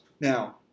now